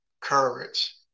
courage